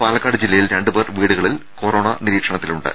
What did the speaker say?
പാലക്കാട് ജില്ലയിൽ രണ്ടുപേർ വീടുകളിൽ കൊറോണ നിരീക്ഷണത്തിലുണ്ട്